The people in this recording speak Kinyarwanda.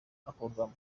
akorwamo